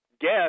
guess